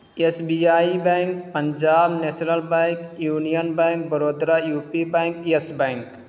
yes B I bank Punjab National bank Union bank Baroda U P bank Yes bank